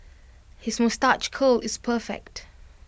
his moustache curl is perfect